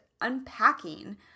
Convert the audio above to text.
unpacking